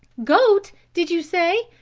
goat, did you say?